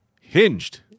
Hinged